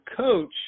coach